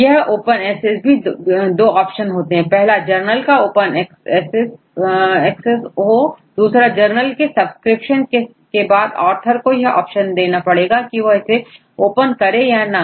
यह open access भी दो ऑप्शन देता है पहला जर्नल का ओपन एक्सेस हो दूसरा कुछ जनरल के सब्सक्रिप्शन के बाद authorsको यह ऑप्शन होता है कि वह इसे ओपन करें या ना